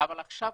אבל עכשיו